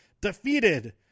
defeated